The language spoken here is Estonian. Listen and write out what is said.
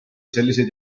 selliseid